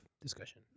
discussion